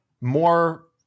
more